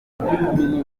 ndifuza